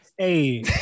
Hey